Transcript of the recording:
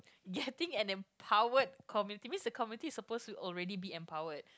getting an empowered community means the community is supposed to already be empowered